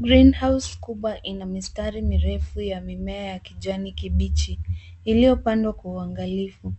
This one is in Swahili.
Greenhouse kubwa ina mistari mirefu ya mimea ya kijani kibichi iliyopandwa kwa uangalifu.